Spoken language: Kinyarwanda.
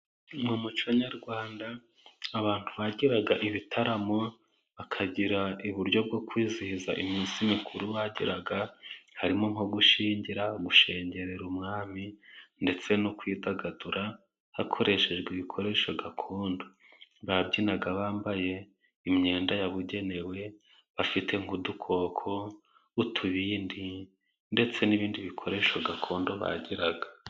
Mu muco nyarwanda abantu bagiraga ibitaramo, bakagira uburyo bwo kwizihiza iminsi mikuru bagiraga, harimo nko gushyingira, gushengerera umwami ndetse no kwidagadura hakoreshejwe ibikoresho gakondo. Babyinaga bambaye imyenda yabugenewe bafite nk'udukoko n'utubindi ndetse n'ibindi bikoresho gakondo bagiraga.